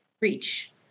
reach